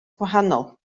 gwahanol